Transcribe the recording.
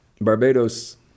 Barbados